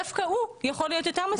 דווקא הוא יכול להיות פחות מסוכן.